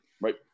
right